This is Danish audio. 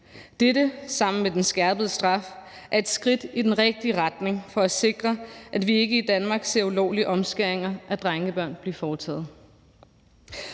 Dette er sammen med den skærpede straf et skridt i den rigtige retning for at sikre, at vi ikke i Danmark ser ulovlige omskæringer af drengebørn blive foretaget.